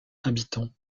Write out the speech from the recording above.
habitants